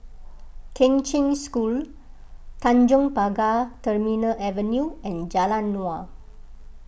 Kheng Cheng School Tanjong Pagar Terminal Avenue and Jalan Naung